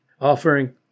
offering